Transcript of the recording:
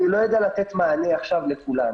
אני לא יודע לתת מענה עכשיו לכולם.